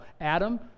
Adam